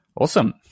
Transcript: Awesome